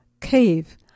cave